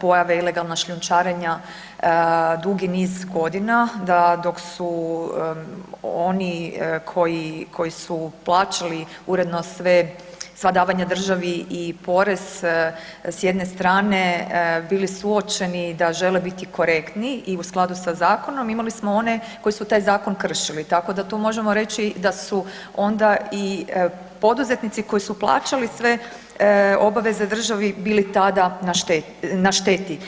pojave, ilegalna šljunčarenja dugi niz godina da dok su oni koji su plaćali uredno sve, sva davanja državi i porez s jedne strane bili suočeni i da žele biti korektni i u skladu sa zakonom, imali smo one koji su taj zakon kršili, tako da to možemo reći da su onda i poduzetnici koji su plaćali sve obaveze državi bili tada na šteti.